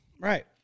right